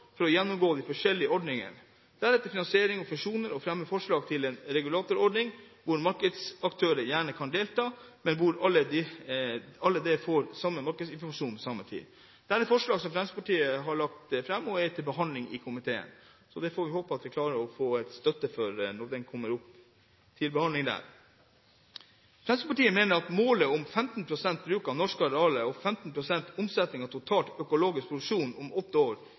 gjennomgå de forskjellige ordningene, deres finansiering og funksjoner og fremme forslag til en regulatorordning, hvor markedets aktører gjerne kan delta, men hvor alle får den samme markedsinformasjon til samme tid. Dette er forslag som Fremskrittspartiet har lagt fram, og som vi håper å få støtte for når de kommer til behandling i komiteen. Fremskrittspartiet mener at målet om 15 pst. bruk av norske arealer og 15 pst. av omsetningen totalt i økologisk produksjon om åtte år